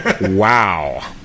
Wow